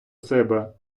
себе